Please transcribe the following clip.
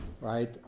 right